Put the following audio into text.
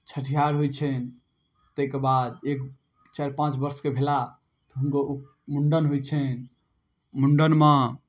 छठिआर होइ छनि ताहिके बाद एक चारि पाँच वर्षके भेला तऽ हुनकर उप मुण्डन होइ छनि मुण्डनमे